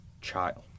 child